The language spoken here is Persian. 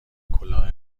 کلاه